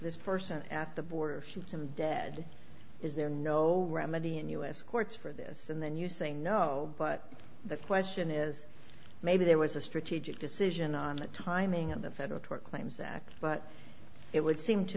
this person at the border if you have a dead is there no remedy in u s courts for this and then you say no but the question is maybe there was a strategic decision on the timing of the federal tort claims act but it would seem to